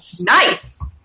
Nice